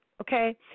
Okay